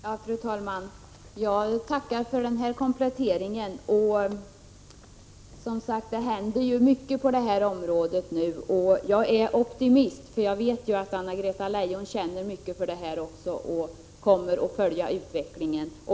Fru talman! Jag tackar för den här kompletteringen. Det händer som sagt mycket på detta område nu. Jag är optimist, för jag vet att Anna-Greta Leijon också känner mycket för denna fråga och kommer att följa utvecklingen.